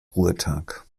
ruhetag